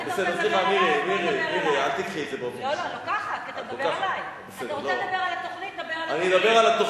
אם אתה רוצה לדבר עלי אז בוא נדבר עלי.